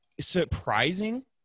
surprising